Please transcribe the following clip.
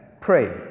Pray